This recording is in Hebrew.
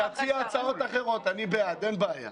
תציע הצעות אחרות, אני בעד, אין בעיה.